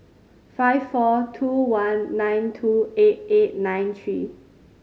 five four two one nine two eight eight nine three